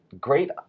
great